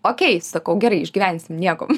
okei sakau gerai išgyvensim nieko